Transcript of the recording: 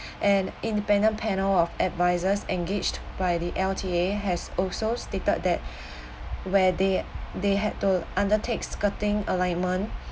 and independent panel of advisers engaged by the L_T_A has also stated that where they they had to undertake skirting alignment